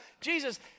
Jesus